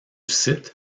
site